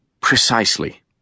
Precisely